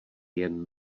jen